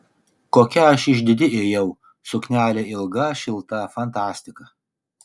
kokia aš išdidi ėjau suknelė ilga šilta fantastika